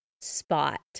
spot